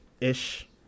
ish